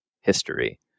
history